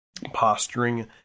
posturing